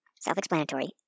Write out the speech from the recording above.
self-explanatory